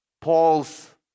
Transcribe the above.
Paul's